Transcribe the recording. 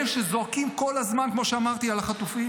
אלה שזועקים כל הזמן, כמו שאמרתי, על החטופים.